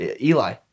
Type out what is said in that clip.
Eli